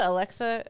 Alexa